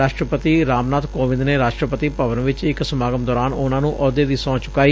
ਰਾਸਟਰਪਤੀ ਰਾਮਨਾਥ ਕੋਵਿੰਦ ਨੇ ਰਾਸਟਰਪਤੀ ਭਵਨ ਵਿਚ ਇਕ ਸਮਾਗਮ ਦੌਰਾਨ ਉਨੂਾਂ ਨੂੰ ਅਹੁਦੇ ਦੀ ਸਹੁੰ ਚੁਕਾਈ